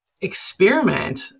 experiment